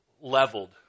leveled